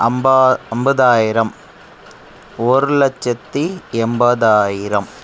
அம்பதாயிரம் ஒரு லட்சத்தி எண்பதாயிரம்